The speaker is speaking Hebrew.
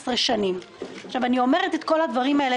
אני תמיד שואל למה לא בונים את בתי הדין הרבניים.